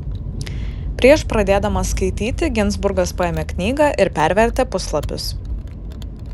prieš pradėdamas skaityti ginzburgas paėmė knygą ir pervertė puslapius